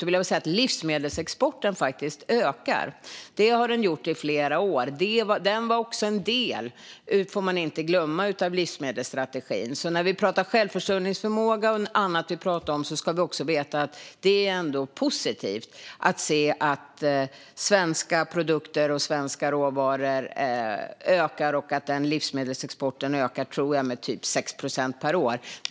Då vill jag säga att livsmedelsexporten faktiskt ökar, och det har den gjort i flera år. Man får inte glömma att den var en del av livsmedelsstrategin. När vi pratar självförsörjningsförmåga och annat ska vi veta att det ändå är positivt att se att svenska produkter och svenska råvaror ökar och att livsmedelsexporten ökar med, tror jag, typ 6 procent per år.